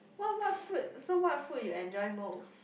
what what food so what food you enjoy most